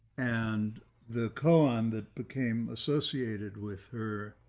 and the colon that became associated with her